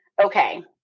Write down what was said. okay